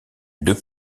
deux